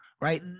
right